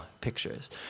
pictures